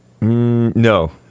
no